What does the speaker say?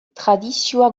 tradizioa